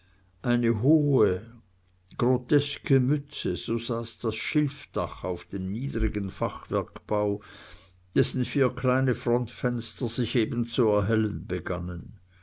eine hohe groteske mütze so saß das schilfdach auf dem niedrigen fachwerkbau dessen vier kleine frontfenster sich eben zu erhellen begannen